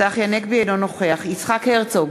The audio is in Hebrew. אינו נוכח יצחק הרצוג,